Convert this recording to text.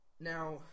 Now